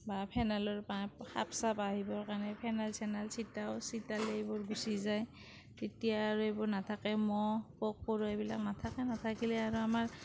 বা ফেনাইলৰ পা সাপ চাপ আহিবৰ কাৰণে ফেনাইল চেনাইল ছিটাওঁ ছিটালে এইবোৰ গুছি যায় তেতিয়া আৰু এইবোৰ নাথাকে মহ পোক পৰুৱা এইবিলাক নাথাকে নাথাকিলে আৰু আমাৰ